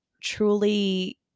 truly